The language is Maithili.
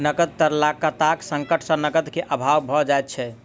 नकद तरलताक संकट सॅ नकद के अभाव भ जाइत छै